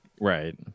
Right